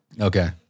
Okay